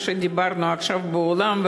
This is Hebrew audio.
מה שדיברנו עכשיו באולם,